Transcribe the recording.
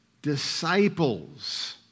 disciples